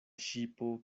ŝipo